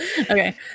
Okay